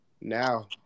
now